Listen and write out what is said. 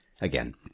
again